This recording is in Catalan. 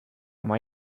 mai